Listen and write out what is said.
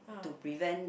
to prevent